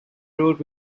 wrote